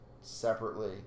separately